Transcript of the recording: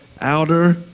outer